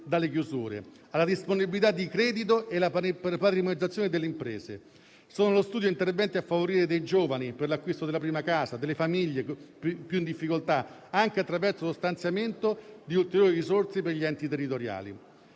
dalle chiusure, alla disponibilità di credito e alla patrimonializzazione delle imprese. Sono allo studio interventi a favore dei giovani, per l'acquisto della prima casa, e delle famiglie più in difficoltà, anche attraverso lo stanziamento di ulteriori risorse per gli enti territoriali.